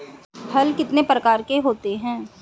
हल कितने प्रकार के होते हैं?